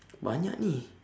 banyak ini